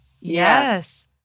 Yes